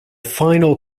final